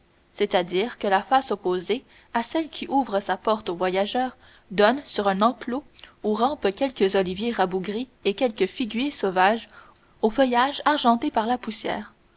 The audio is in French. c'est-à-dire que la face opposée à celle qui ouvre sa porte aux voyageurs donne sur un enclos où rampent quelques oliviers rabougris et quelques figuiers sauvages au feuillage argenté par la poussière